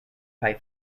kaj